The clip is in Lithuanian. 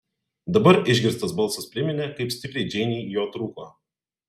dabar išgirstas balsas priminė kaip stipriai džeinei jo trūko